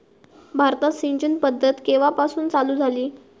भारतात सिंचन पद्धत केवापासून चालू झाली?